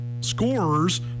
scorers